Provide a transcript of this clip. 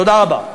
תודה רבה.